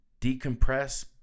Decompress